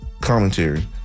commentary